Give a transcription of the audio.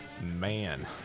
man